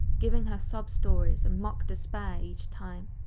giving her sob stories and mock despair each time.